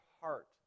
heart